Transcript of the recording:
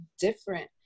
different